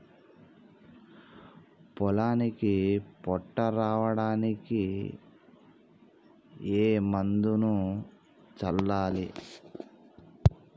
పొలానికి పొట్ట రావడానికి ఏ మందును చల్లాలి?